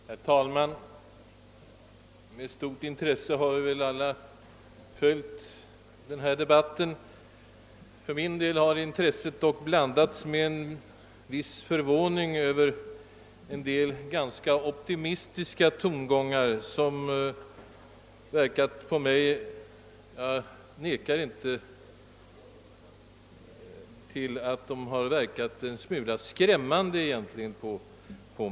Herr talman! Vi har väl alla med stort intresse följt denna debatt. För min del har intresset blandats med en viss förvåning över en del ganska optimistiska tongångar, som — jag kan inte neka till detta — på mig verkat rent av en smula skrämmande.